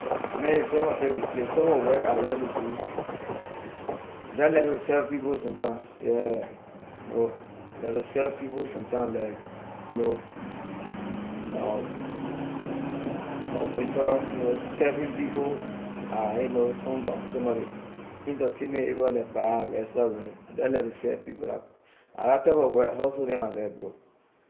My man ley labor ley ley type of work I like to do I just like to serve people sometime yeah you know like to serve people sometime like you know a waiter you know serving people at you know some bu- some of ley entertainment area like bar restaurant ijeh like to serve people la all. la la type of work hustle neh I like bro.